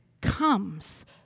comes